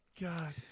God